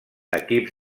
equips